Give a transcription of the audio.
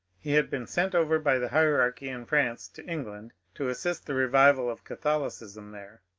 he had been sent over by the hierarchy in france to england to assist the revival of catholicism there.